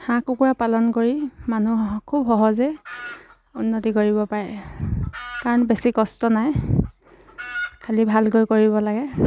হাঁহ কুকুৰা পালন কৰি মানুহ স খুব সহজে উন্নতি কৰিব পাৰে কাৰণ বেছি কষ্ট নাই খালী ভালকৈ কৰিব লাগে